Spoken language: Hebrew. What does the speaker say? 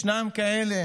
ישנם כאלה